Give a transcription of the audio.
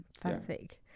Fantastic